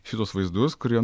šituos vaizdus kurie